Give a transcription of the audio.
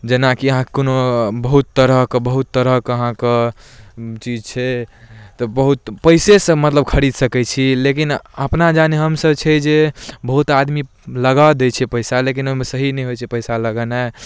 जेनाकि अहाँके कोनो बहुत तरहके बहुत तरहके अहाँके चीज छै तऽ बहुत पइसेसँ मतलब ओ खरिद सकै छी लेकिन अपना जाने हमसभ छै जे बहुत आदमी लगा दै छै पइसा लेकिन ओहिमे सही नहि होइ छै पइसा लगेनाइ